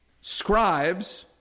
scribes